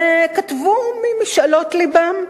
וכתבו ממשאלות לבם.